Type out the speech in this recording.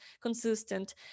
consistent